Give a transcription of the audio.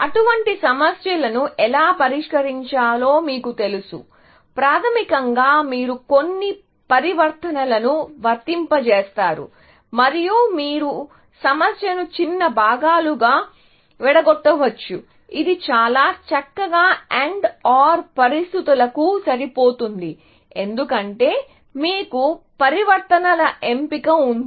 అటువంటి సమస్యలను ఎలా పరిష్కరించాలో మీకు తెలుసు ప్రాథమికంగా మీరు కొన్ని పరివర్తనలను వర్తింపజేస్తారు మరియు మీరు సమస్యను చిన్న భాగాలుగా విడగొట్టవచ్చు ఇది చాలా చక్కగా AND OR పరిస్థితులకు సరిపోతుంది ఎందుకంటే మీకు పరివర్తనల ఎంపిక ఉంది